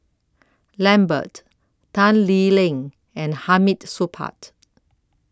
Lambert Tan Lee Leng and Hamid Supaat